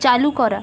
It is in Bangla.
চালু করা